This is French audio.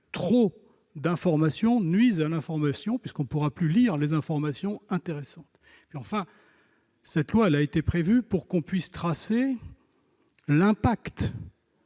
trop d'information nuise à l'information, puisqu'on ne pourra plus lire les informations intéressantes. Enfin, cette loi a été prévue pour qu'on puisse tracer l'impact